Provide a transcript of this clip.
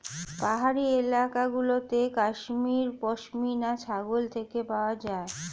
পাহাড়ি এলাকা গুলোতে কাশ্মীর পশমিনা ছাগল থেকে পাওয়া যায়